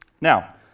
Now